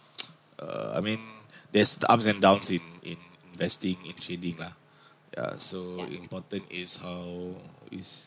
err I mean there's ups and downs in in investing and trading lah yeah so important is how is